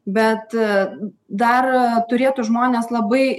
bet dar turėtų žmonės labai